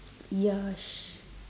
yes